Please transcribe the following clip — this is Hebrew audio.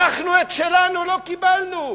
אנחנו את שלנו לא קיבלנו.